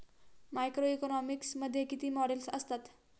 Macroeconomics मध्ये किती models असतात?